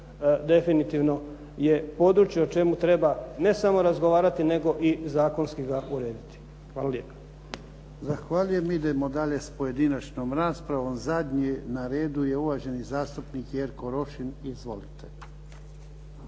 definitivno je područje o čemu treba, ne samo razgovarati nego i zakonski ga urediti. Hvala lijepa. **Jarnjak, Ivan (HDZ)** Zahvaljujem. Idemo dalje sa pojedinačnom raspravom. Zadnji na redu je uvaženi zastupnik Jerko Rošin. Izvolite.